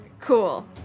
Cool